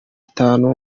atanu